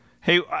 Hey